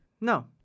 No